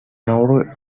nauru